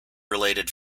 related